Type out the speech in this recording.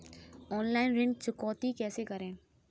Online ऋण चुकौती कैसे करें?